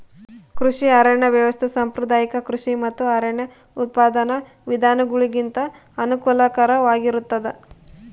ಕೃಷಿ ಅರಣ್ಯ ವ್ಯವಸ್ಥೆ ಸಾಂಪ್ರದಾಯಿಕ ಕೃಷಿ ಮತ್ತು ಅರಣ್ಯ ಉತ್ಪಾದನಾ ವಿಧಾನಗುಳಿಗಿಂತ ಅನುಕೂಲಕರವಾಗಿರುತ್ತದ